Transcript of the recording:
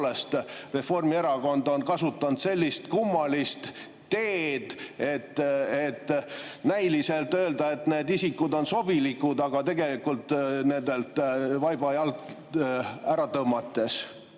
Reformierakond on kasutanud sellist kummalist teed, et näiliselt öelda, et need isikud on sobilikud, aga tegelikult nendelt vaiba alt ära tõmmata?